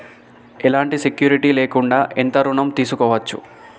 ఎలాంటి సెక్యూరిటీ లేకుండా ఎంత ఋణం తీసుకోవచ్చు?